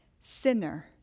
sinner